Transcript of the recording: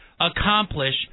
accomplish